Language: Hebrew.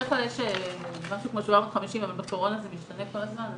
בדרך כלל יש משהו כמו 750 אבל בקורונה זה משתנה כל הזמן.